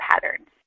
patterns